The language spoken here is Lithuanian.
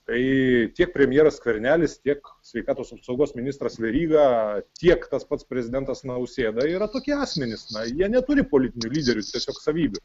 tai tiek premjeras skvernelis tiek sveikatos apsaugos ministras veryga tiek tas pats prezidentas nausėda yra tokie asmenys na jie neturi politinių lyderų tiesiog savybių